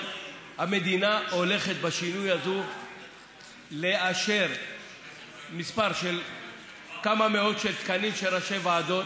המדינה הולכת בשינוי הזה לאשר כמה מאות של תקנים של ראשי ועדות,